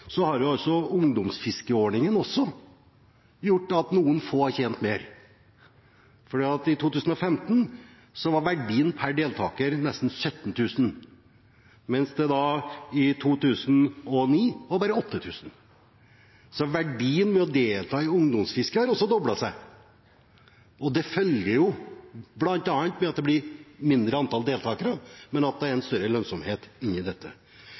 noen få har tjent mer, for i 2015 var verdien per deltaker nesten 17 000 kr, mens den i 2009 bare var 8 000 kr. Så verdien ved å delta i ungdomsfisket har også doblet seg. Det er et mindre antall deltakere, men det er en større lønnsomhet i det. Jeg må si at jeg er